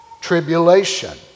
Tribulation